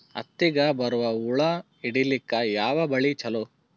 ಹತ್ತಿಗ ಬರುವ ಹುಳ ಹಿಡೀಲಿಕ ಯಾವ ಬಲಿ ಚಲೋ?